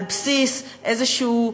על-בסיס איזשהו,